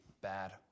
bad